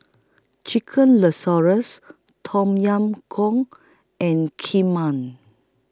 Chicken Tom Yam Goong and Kheema